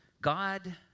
God